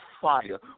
fire